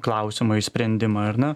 klausimo išsprendimą ar ne